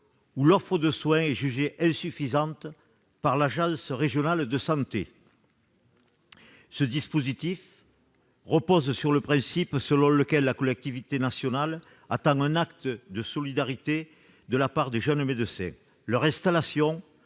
où l'offre de soins est jugée insuffisante par l'agence régionale de santé. Ce dispositif repose sur le principe selon lequel la collectivité nationale attend un acte de solidarité de la part des jeunes médecins : leur installation,